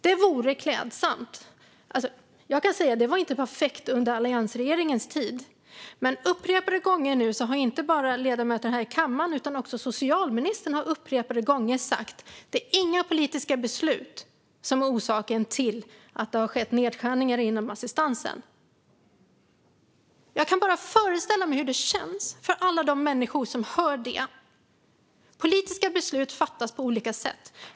Jag kan säga att det inte var perfekt under alliansregeringens tid, men nu har inte bara ledamöter här i kammaren utan också socialministern upprepade gånger sagt att det inte är några politiska beslut som är orsaken till att det har skett nedskärningar inom assistansen. Jag kan bara föreställa mig hur det känns för alla de människor som hör det. Politiska beslut fattas på olika sätt.